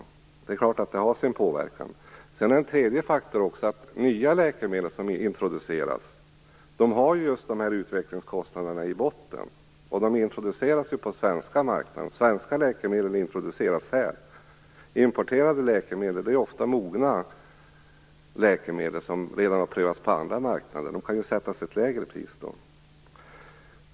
Det har också sin påverkan. En tredje faktor är att nya läkemedel som introduceras just har dessa utvecklingskostnader i botten. Svenska läkemedel introduceras på den svenska marknaden. Importerade läkemedel är ofta mogna läkemedel som redan har prövats på andra marknader. Där kan det sättas ett lägre pris.